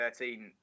2013